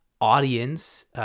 audience